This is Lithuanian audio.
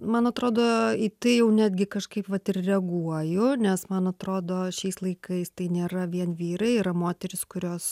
man atrodo į tai jau netgi kažkaip vat ir reaguoju nes man atrodo šiais laikais tai nėra vien vyrai yra moterys kurios